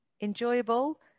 enjoyable